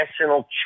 national